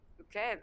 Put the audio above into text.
Okay